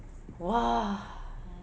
!wah!